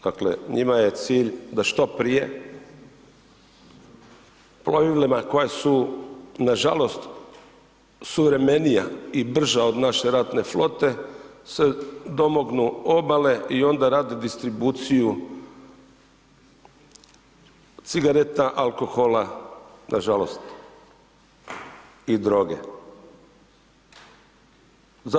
Dakle njima je cilj da što prije plovilima koja su nažalost suvremenija i brža od naše ratne flote se domognu obale i onda rade distribuciju cigareta, alkohola nažalost i droge.